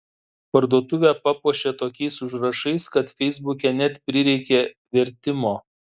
parduotuvę papuošė tokiais užrašais kad feisbuke net prireikė vertimo